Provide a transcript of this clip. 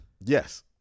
Yes